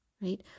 right